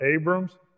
Abram's